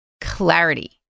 clarity